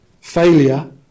failure